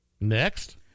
Next